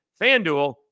FanDuel